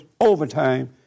overtime